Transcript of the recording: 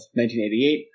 1988